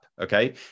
okay